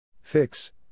Fix